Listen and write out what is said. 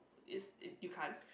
is it you can't